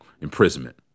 imprisonment